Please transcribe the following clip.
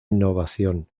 innovación